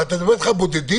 אבל אני מדבר איתך על בודדים.